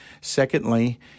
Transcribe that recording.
secondly